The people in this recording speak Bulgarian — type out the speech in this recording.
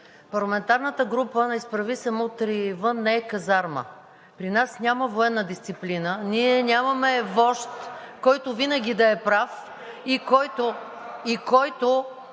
Парламентарната група „Изправи се! Мутри вън!“ не е казарма. При нас няма военна дисциплина, ние нямаме вожд, който винаги да е прав (шум